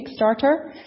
Kickstarter